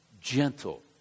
gentle